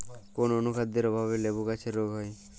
কোন অনুখাদ্যের অভাবে লেবু গাছের রোগ হয়?